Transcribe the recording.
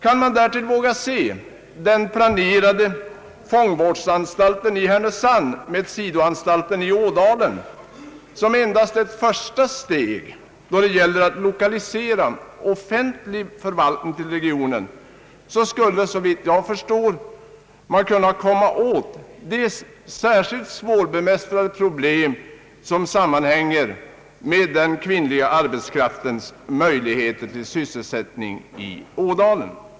Om man därtill vågar se den planerade fångvårdsanstalten i Härnösand med sidoanstalt i Ådalen som endast ett första steg när det gäller att lokalisera offentlig förvaltning till regionen, så skulle man såvitt jag förstår kunna lösa det särskilt svårbemästrade problem som sammanhänger med den kvinnliga arbetskraftens möjligheter till sysselsättning i Ådalen.